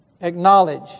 acknowledge